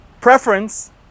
preference